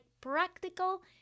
practical